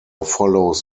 follows